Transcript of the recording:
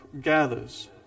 gathers